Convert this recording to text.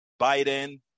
Biden